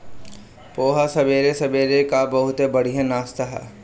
पोहा सबेरे सबेरे कअ बहुते बढ़िया नाश्ता हवे